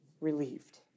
relieved